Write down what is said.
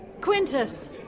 Quintus